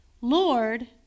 Lord